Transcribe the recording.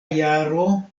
jaro